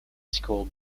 school